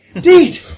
Deed